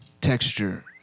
texture